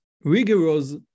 rigorous